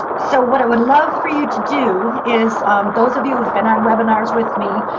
so what i would love for you to do is those of you who have been on webinars with me,